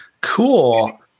Cool